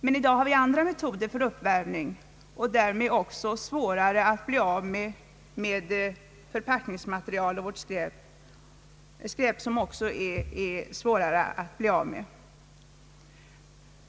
Men i dag har vi andra metoder för uppvärmning, och därmed är det svårare att bli av med förpackningsmaterial och skräp.